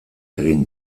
egin